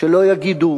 שלא יגידו